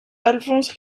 alphonse